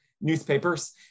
newspapers